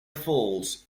falls